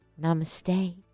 namaste